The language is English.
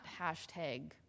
hashtag